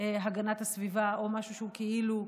הגנת הסביבה או משהו שהוא כאילו,